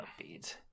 upbeat